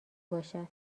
باشد